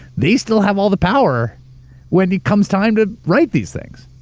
they still have all the power when it comes time to write these things.